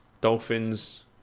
Dolphins